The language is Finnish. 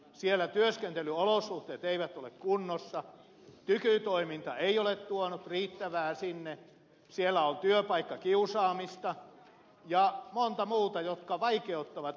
siellä työskentelyolosuhteet eivät ole kunnossa tykytoiminta ei ole tuonut riittävästi sinne siellä on työpaikkakiusaamista ja monta muuta jotka vaikeuttavat työskentelyä